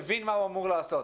מבין כרגע מה הוא אמור לעשות.